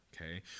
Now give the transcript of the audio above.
okay